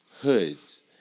Hoods